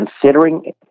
considering